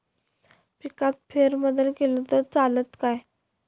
पिकात फेरबदल केलो तर चालत काय?